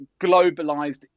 globalized